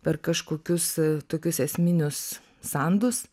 per kažkokius tokius esminius sandus